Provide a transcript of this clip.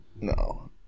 No